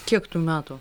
kiek tų metų